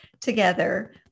together